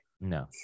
No